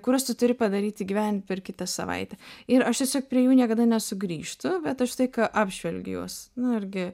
kuriuos tu turi padaryt įgyvendint per kitą savaitę ir aš tiesiog prie jų niekada nesugrįžtu bet aš visą laiką apžvelgiu juos nu irgi